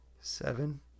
seven